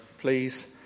please